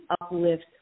uplift